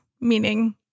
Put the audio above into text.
meaning